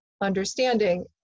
understanding